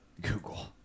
Google